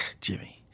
Jimmy